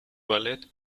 ballet